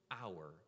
hour